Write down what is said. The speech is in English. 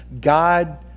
God